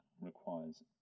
requires